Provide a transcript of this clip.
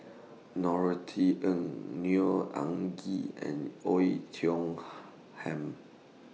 Norothy Ng Neo Anngee and Oei Tiong Ham